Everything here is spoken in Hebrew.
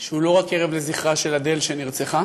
שהוא לא רק ערב לזכרה של אדל, שנרצחה,